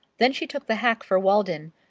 then she took the hack for walden,